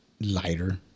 lighter